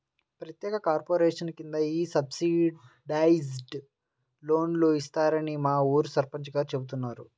ప్రత్యేక కార్పొరేషన్ కింద ఈ సబ్సిడైజ్డ్ లోన్లు ఇస్తారని మా ఊరి సర్పంచ్ గారు చెబుతున్నారు